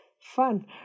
Fun